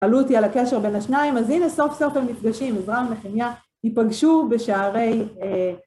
שאלו אותי על הקשר בין השניים, אז הנה סוף סוף הם נפגשים, עזרא ונחמיה יפגשו בשערי...